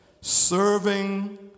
Serving